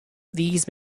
these